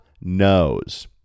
knows